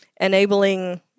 enabling